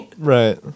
Right